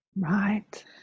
right